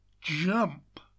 Jump